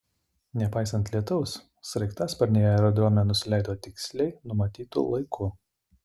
nepaisant lietaus sraigtasparniai aerodrome nusileido tiksliai numatytu laiku